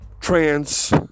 trans